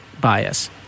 bias